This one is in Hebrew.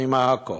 אני מעכו,